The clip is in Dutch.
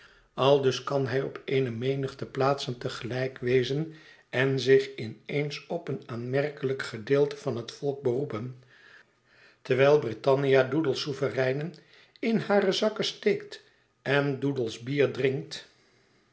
aldus kan hij op eene menigte plaatsen te gelijk wezen en zich in eens op een aanmerkelijk gedeelte van het volk beroepen terwijl brittannia doodle's souvereinen in hare zakken steekt en doodle's bier drinkt